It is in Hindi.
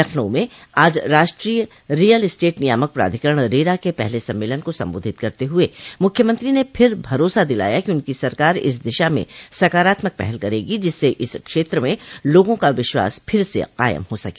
लखनऊ में आज राष्ट्रीय रियल स्टेट नियामक प्राधिकरण रेरा के पहले सम्मेलन को संबोधित करते हुए मुख्यमंत्री ने फिर भरोसा दिलाया कि उनकी सरकार इस दिशा में सकारात्मक पहल करेगी जिससे इस क्षेत्र में लोगों का विश्वास फिर से कायम हो सके